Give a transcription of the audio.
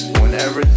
whenever